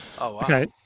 okay